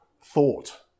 thought